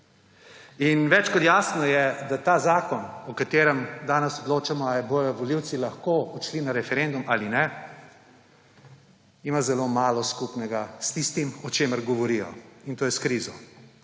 Več kot jasno je, da ta zakon, o katerem danes odločamo, ali bodo volivci lahko odšli na referendum ali ne, ima zelo malo skupnega s tistim, o čemer govorijo, in to je s krizo.